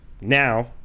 now